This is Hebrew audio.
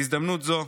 בהזדמנות זו,